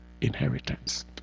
inheritance